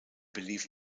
believe